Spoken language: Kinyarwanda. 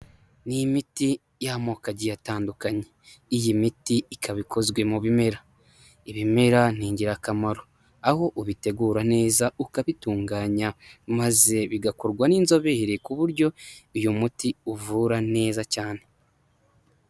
Ni i miti y'amoko agiye atandukanye, iyi miti ikaba ikozwe mu bimera, ibimera ni ingirakamaro aho, ubitegura neza ukabitunganya maze bigakorwa n'inzobere ku buryo uyu muti uvura neza cyane.